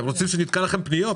אתם רוצים שנתקע לכם פניות?